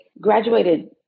graduated